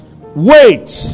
Wait